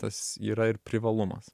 tas yra ir privalumas